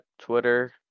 Twitter